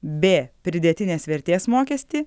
b pridėtinės vertės mokestį